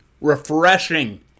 refreshing